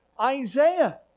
Isaiah